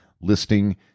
listing